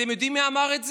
אתם יודעים מי אמר את זה?